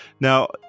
Now